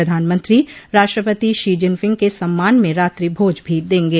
प्रधानमंत्री राष्ट्रपति Xi Jinping के सम्मान में रात्रि भोज भी देंगे